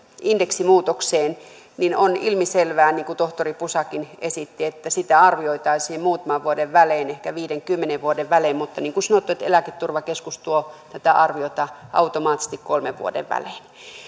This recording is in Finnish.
indeksimuutokseen niin on ilmiselvää niin kuin tohtori pusakin esitti että sitä arvioitaisiin muutaman vuoden välein ehkä viiden kymmenen vuoden välein mutta niin kuin sanottu eläketurvakeskus tuo tätä arviota automaattisesti kolmen vuoden välein